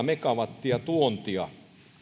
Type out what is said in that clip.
megawattia tuontia